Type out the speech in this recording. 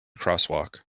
crosswalk